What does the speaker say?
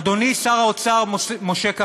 אדוני שר האוצר משה כחלון,